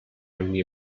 only